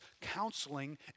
counseling